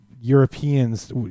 Europeans